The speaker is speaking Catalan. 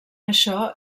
això